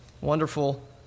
wonderful